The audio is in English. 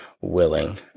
willing